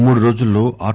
మూడు రోజుల్లో ఆర్